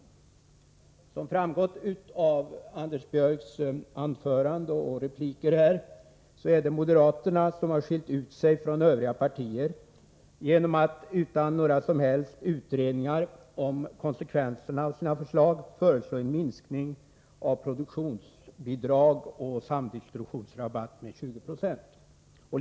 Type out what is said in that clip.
Såsom har framgått av Anders Björcks anförande och repliker har moderaterna skilt ut sig från övriga partier genom att utan några som helst utredningar om konsekvenserna av sina förslag föreslå en minskning av produktionsbidrag och samdistributionsrabatt med 20 96.